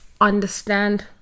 understand